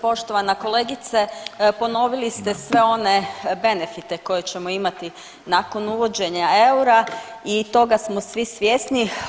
Poštovana kolegice, ponovili ste sve one benefite koje ćemo imati nakon uvođenja eura i toga smo svi svjesni.